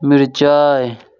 मिरचाइ